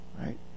right